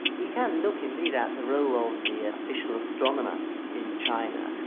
we can look indeed at the role of the official astronomer in china,